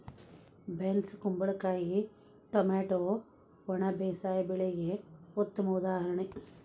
beans ಕುಂಬಳಕಾಯಿ tomato ಒಣ ಬೇಸಾಯ ಬೆಳೆಗೆ ಉತ್ತಮ ಉದಾಹರಣೆ